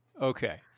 Okay